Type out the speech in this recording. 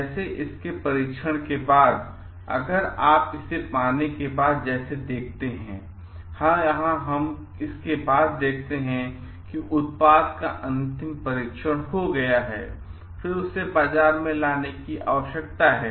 जैसे इसके परीक्षण के बाद अगर आप इसे पाने के बाद जैसे देखते हैंयहाँ हम इसके बाद देखते हैं कि उत्पाद का अंतिम परीक्षण हो गया है फिर उसे बाजार में लाने की आवश्यकता है